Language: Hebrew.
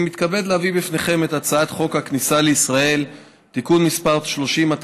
אני מתכבד להביא לפניכם את הצעת חוק הכניסה לישראל (תיקון מס' 30),